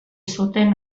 zuten